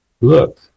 Look